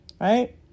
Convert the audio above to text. Right